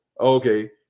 okay